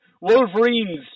Wolverines